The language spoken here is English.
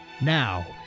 Now